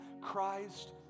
Christ